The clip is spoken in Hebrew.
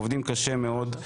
עובדים קשה מאוד,